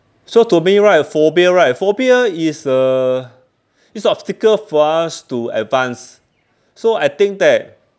so to me right phobia right phobia is a is a obstacle for us to advance so I think that